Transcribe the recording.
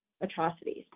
atrocities